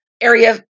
Area